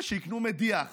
שיקנו מדיח.